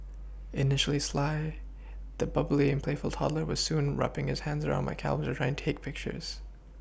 initially sly the bubbly and playful toddler was soon wrapPing his hands round my camera to try to take pictures